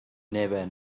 never